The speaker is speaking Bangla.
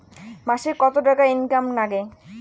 মাসে কত টাকা ইনকাম নাগে?